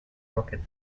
rocket